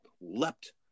leapt